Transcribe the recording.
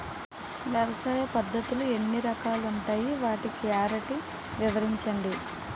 వ్యవసాయ పద్ధతులు ఎన్ని రకాలు ఉంటాయి? వాటి గ్యారంటీ వివరించండి?